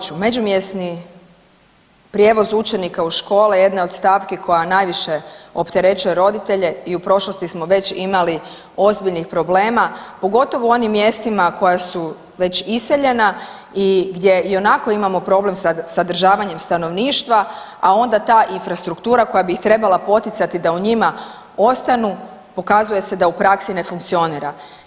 Ponovit ću, međumjesni prijevoz učenika u škole jedna je od stavki koja najviše opterećuje roditelje i u prošlosti smo već imali ozbiljnih problema pogotovo u onim mjestima koja su već iseljena i gdje i onako imamo problem sa zadržavanjem stanovništva, a onda ta infrastruktura koja bi ih trebala poticati da u njima ostanu pokazuje se da u praksi ne funkcionira.